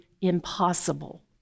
impossible